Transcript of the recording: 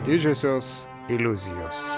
didžiosios iliuzijos